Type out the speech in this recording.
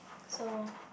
so